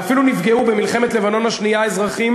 ואפילו נפגעו במלחמת לבנון השנייה אזרחים